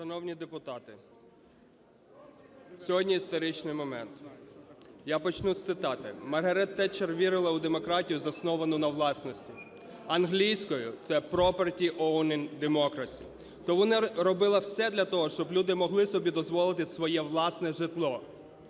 Шановні депутати, сьогодні історичний момент. Я почну з цитати: Маргарет Тетчер вірила у демократію, засновану на власності, англійською це Property owner democracy. То вона робила все для того, щоб люди могли собі дозволити своє власне житло.